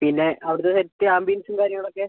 പിന്നെ അവിടത്ത സെറ്റ് ആംബിയൻസും കാര്യങ്ങളൊക്കെ